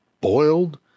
boiled